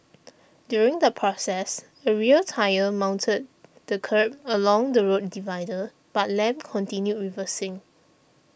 during the process a rear tyre mounted the kerb along the road divider but Lam continued reversing